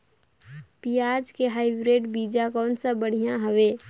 पियाज के हाईब्रिड बीजा कौन बढ़िया हवय?